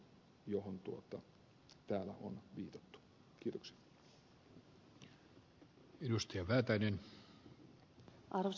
arvoisa puhemies